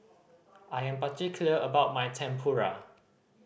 I am particular about my Tempura